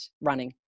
running